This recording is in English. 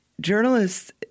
journalists